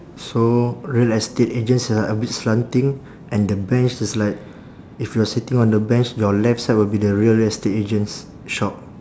so real estate agents are a bit slanting and the bench is like if you are sitting on the bench your left side will be the real estate agents shop